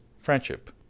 friendship